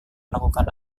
melakukan